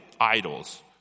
idols